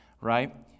right